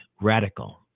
radical